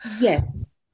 Yes